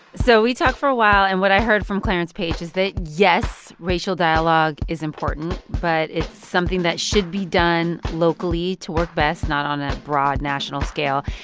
so we talked for a while. and what i heard from clarence page is that, yes, racial dialogue is important. but it's something that should be done locally to work best, not on a broad national scale,